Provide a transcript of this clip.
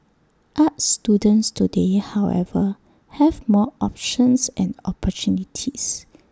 arts students today however have more options and opportunities